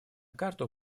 карту